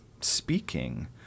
speaking